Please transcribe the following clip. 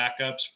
backups